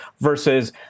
versus